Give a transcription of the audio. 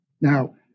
Now